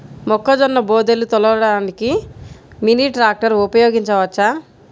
మొక్కజొన్న బోదెలు తోలడానికి మినీ ట్రాక్టర్ ఉపయోగించవచ్చా?